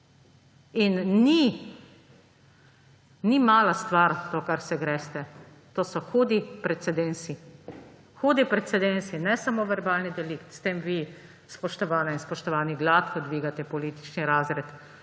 In ni mala stvar to, kar se greste. To so hudi precedensi. Hudi precedensi. Ne samo verbalni delikt. S tem vi, spoštovane in spoštovani, gladko dvigate politični razred